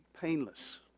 painless